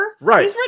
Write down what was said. Right